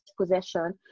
possession